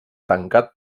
tancat